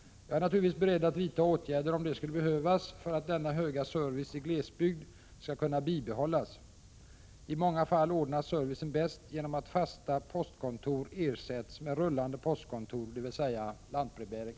Jag är naturligtvis beredd att vidta åtgärder, om det skulle behövas, för att denna höga service i glesbygd skall kunna bibehållas. I många fall ordnas servicen bäst genom att fasta postkontor ersätts med rullande postkontor, dvs. lantbrevbäring.